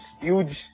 huge